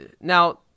Now